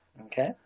Okay